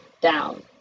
down